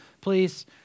please